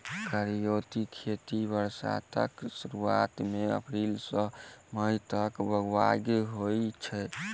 करियौती खेती बरसातक सुरुआत मे अप्रैल सँ मई तक बाउग होइ छै